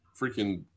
freaking